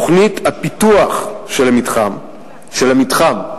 תוכנית הפיתוח של המתחם של המתחם,